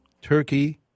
Turkey